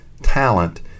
talent